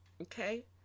okay